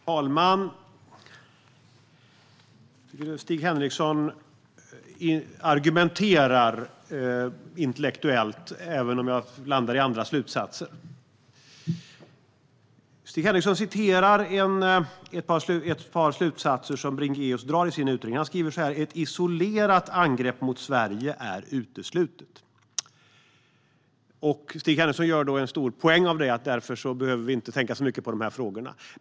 Herr talman! Stig Henriksson argumenterar intellektuellt, även om jag landar i andra slutsatser. Stig Henriksson citerar ett par slutsatser som Bringéus drar i sin utredning. Bringéus skriver att ett isolerat angrepp mot Sverige är uteslutet. Stig Henriksson gör en stor poäng av det - att vi därför inte behöver tänka så mycket på de här frågorna.